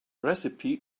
recipe